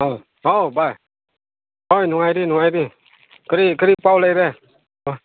ꯍꯥꯎ ꯚꯥꯏ ꯍꯣꯏ ꯅꯨꯡꯉꯥꯏꯔꯤ ꯅꯨꯡꯉꯥꯏꯔꯤ ꯀꯔꯤ ꯀꯔꯤ ꯄꯥꯎ ꯂꯩꯔꯦ ꯑꯥ